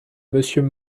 monsieur